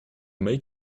make